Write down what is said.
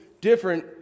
different